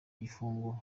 igifungo